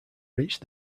reached